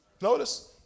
Notice